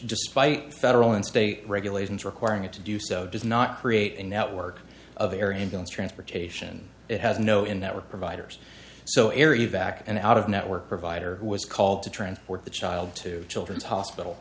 despite federal and state regulations requiring it to do so does not create a network of air ambulance transportation it has no in network providers so eri back and out of network provider was called to transport the child to children's hospital